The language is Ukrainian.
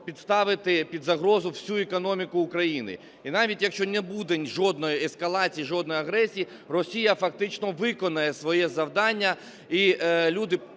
підставити під загрозу всю економіку України. І навіть якщо не буде жодної ескалації і жодної агресії, Росія фактично виконає своє завдання, і люди